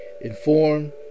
inform